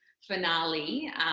finale